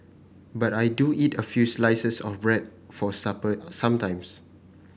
but I do eat a few slices of bread for supper sometimes